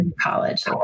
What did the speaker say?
college